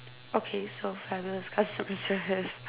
okay so feathers cause surface